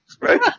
Right